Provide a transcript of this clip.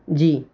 जी